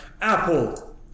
Apple